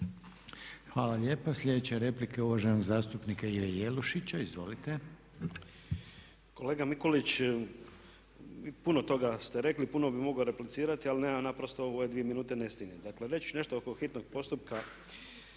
Hvala lijepa. Sljedeća replika je uvaženog zastupnika Ive Jelušića. Izvolite. **Jelušić, Ivo (SDP)** Kolega Mikulić, puno toga ste rekli, puno bi mogao replicirati ali nemam naprosto u ove dvije minute ne stignem. Dakle, reći ću nešto oko hitnog postupka.